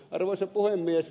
arvoisa puhemies